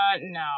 no